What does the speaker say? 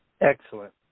Excellent